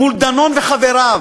מול דנון וחבריו.